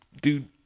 Dude